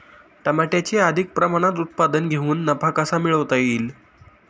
टमाट्याचे अधिक प्रमाणात उत्पादन घेऊन नफा कसा मिळवता येईल?